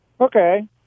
Okay